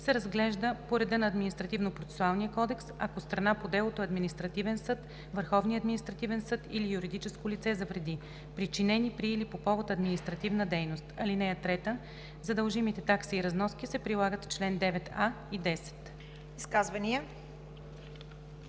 се разглежда по реда на Административнопроцесуалния кодекс, ако страна по делото е административен съд, Върховния административен съд или юридическо лице за вреди, причинени при или по повод административна дейност. (3) За дължимите такси и разноски се прилагат чл. 9а и 10.“